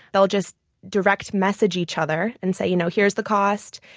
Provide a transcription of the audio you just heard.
they'll just direct message each other and say you know here's the cost,